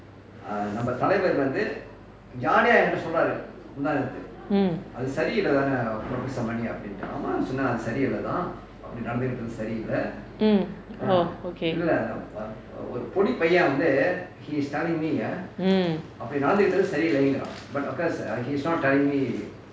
mm mm oh okay